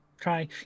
try